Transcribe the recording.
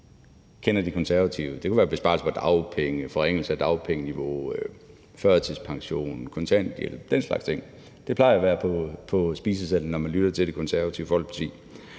Det kunne være besparelse på dagpenge eller forringelse af dagpengeniveau, førtidspension, kontanthjælp og den slags ting. Det plejer at være på spisesedlen, når man lytter til Det Konservative Folkeparti.